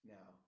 Now